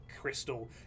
crystal